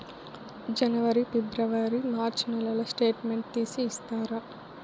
జనవరి, ఫిబ్రవరి, మార్చ్ నెలల స్టేట్మెంట్ తీసి ఇస్తారా?